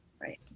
right